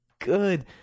good